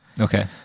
Okay